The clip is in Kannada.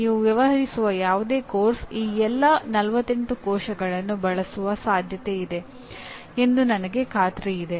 ನೀವು ವ್ಯವಹರಿಸುವ ಯಾವುದೇ ಪಠ್ಯಕ್ರಮ ಈ ಎಲ್ಲಾ 48 ಕೋಶಗಳನ್ನು ಬಳಸುವ ಸಾಧ್ಯತೆ ಇಲ್ಲ ಎಂದು ನನಗೆ ಖಾತ್ರಿಯಿದೆ